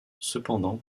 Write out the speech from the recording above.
cependant